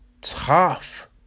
tough